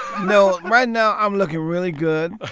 no, right now i'm looking really good,